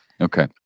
Okay